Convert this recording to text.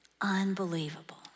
Unbelievable